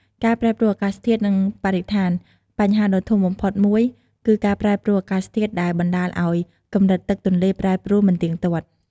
ការប្រែប្រួលអាកាសធាតុ និងបរិស្ថាន បញ្ហាដ៏ធំបំផុតមួយគឺការប្រែប្រួលអាកាសធាតុដែលបណ្ដាលឱ្យ កម្រិតទឹកទន្លេប្រែប្រួលមិនទៀងទាត់។